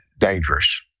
dangerous